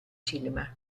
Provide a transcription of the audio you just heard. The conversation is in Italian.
cinema